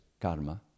karma